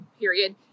period